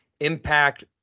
impact